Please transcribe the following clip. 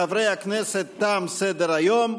חברי הכנסת, תם סדר-היום.